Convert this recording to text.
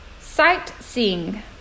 sightseeing